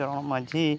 ᱪᱚᱨᱚᱱ ᱢᱟᱺᱡᱷᱤ